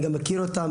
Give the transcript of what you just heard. אני גם מכיר אותם,